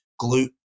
glute